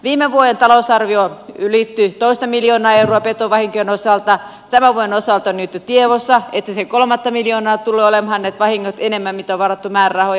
viime vuoden talousarvio ylittyi toista miljoonaa euroa petovahinkojen osalta ja tämän vuoden osalta on jo nyt tiedossa että nämä vahingot tulevat olemaan kolmatta miljoonaa enemmän kuin on varattu määrärahoja